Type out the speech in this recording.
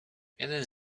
jeden